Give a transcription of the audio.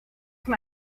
can